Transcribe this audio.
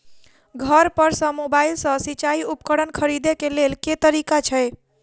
घर पर सऽ मोबाइल सऽ सिचाई उपकरण खरीदे केँ लेल केँ तरीका छैय?